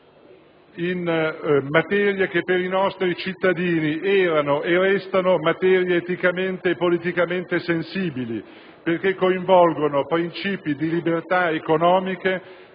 in materie che per i nostri cittadini erano e restano materie eticamente e politicamente sensibili, perché coinvolgono princìpi di libertà economica,